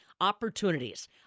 opportunities